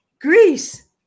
Greece